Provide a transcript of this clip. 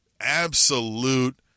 absolute